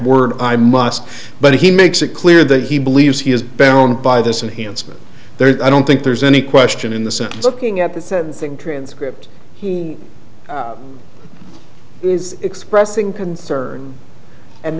words i must but he makes it clear that he believes he is bound by this and he answered i don't think there's any question in the sentence looking at the sentencing transcript he is expressing concern and